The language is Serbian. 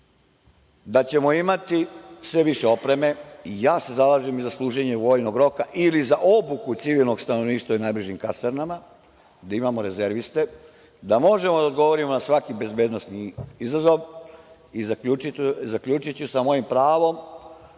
da ćemo imati sve više opreme. Zalažem se za služenje vojnog roka ili za obuku civilnog stanovništva u najbližim kasarnama, gde imamo rezerviste, da možemo da odgovorimo na svaki bezbednosni izazov i zaključiću sa mojim pravom